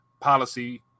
policy